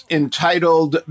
entitled